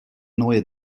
neue